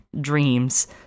dreams